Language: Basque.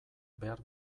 behar